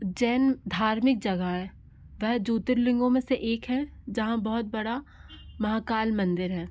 उज्जैन धार्मिक जगह है वह ज्योतिर्लिंगों में से एक हैं जहाँ बहुत बड़ा महाकाल मंदिर है